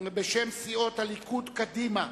בשם סיעות הליכוד, קדימה,